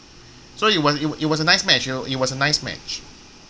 so it was it it was a nice match you know it was a nice match